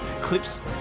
clips